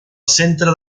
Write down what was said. centre